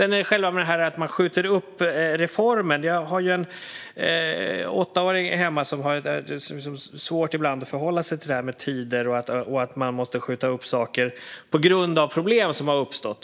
När det gäller det här med att man skjuter upp reformen kan jag dra parallellen att jag har en åttaåring hemma som ibland har svårt att förhålla sig till det här med tider och att man måste skjuta upp saker på grund av problem som har uppstått.